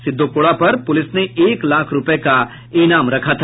सिद्दो कोड़ा पर पुलिस ने एक लाख रूपये का इनाम रखा था